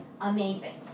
amazing